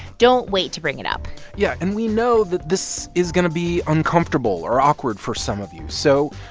don't wait to bring it up yeah, and we know that this is going to be uncomfortable or awkward for some of you, so,